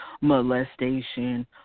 molestation